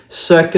second